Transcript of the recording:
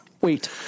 Wait